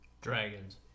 Dragons